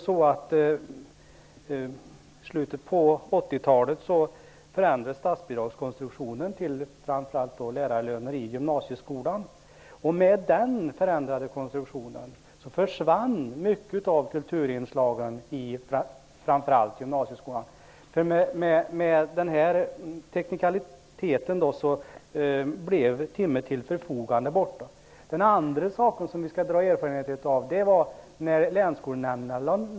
I slutet på 80-talet förändrades statsbidragskonstruktionen av lönerna till lärarna framför allt i gymnasieskolan. Med den förändrade konstruktionen försvann mycket av kulturinslagen framför allt i gymnasieskolan. På grund av denna teknikalitet tog man bort Timme till förfogande. En annan sak som vi måste dra erfarenhet av är nedläggningen av länsskolnämnderna.